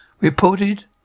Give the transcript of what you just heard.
reported